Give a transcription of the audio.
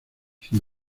sin